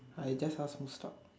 I just ask full stop